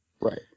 Right